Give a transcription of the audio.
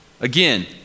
Again